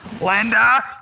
Linda